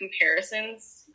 comparisons